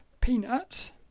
peanuts